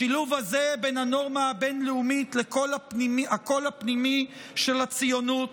השילוב הזה בין הנורמה הבין-לאומית לקול הפנימי של הציונות